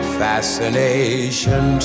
fascination